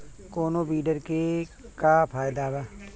कौनो वीडर के का फायदा बा?